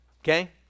Okay